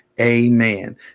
Amen